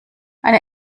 eine